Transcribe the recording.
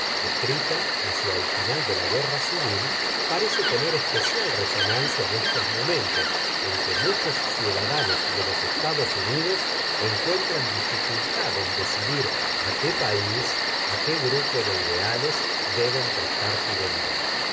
escrita hacia el final de la guerra civil parece tener especial resonancia en estos momentos en que muchos ciudadanos de los estados unidos encuentran dificultad en decidir a qué país a qué grupo de ideales deben prestar fidelidad